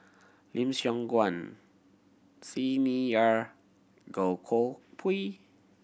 Lim Siong Guan Xi Ni Er Goh Koh Pui